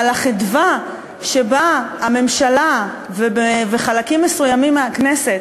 על החדווה שבה הממשלה וחלקים מסוימים מהכנסת